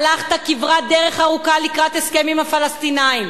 הלכת כברת דרך ארוכה לקראת הסכם עם הפלסטינים